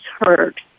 heard